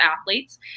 athletes